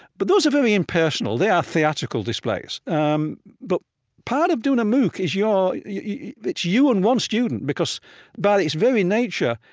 but those are very impersonal. they are theatrical displays um but part of doing a mooc is you're it's you and one student, because by its very nature,